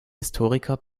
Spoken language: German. historiker